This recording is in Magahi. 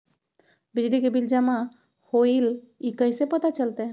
बिजली के बिल जमा होईल ई कैसे पता चलतै?